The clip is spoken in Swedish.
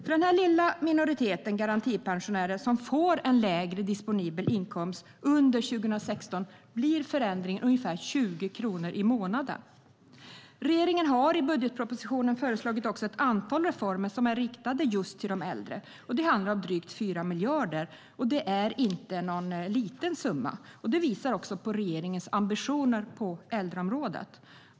För den lilla minoritet garantipensionärer som får en lägre disponibel inkomst under 2016 blir förändringen ungefär 20 kronor i månaden. Regeringen har i budgetpropositionen föreslagit ett antal reformer som är riktade till äldre. Det handlar om drygt 4 miljarder, och det är inte någon liten summa. Det visar på regeringens ambitioner på äldreområdet.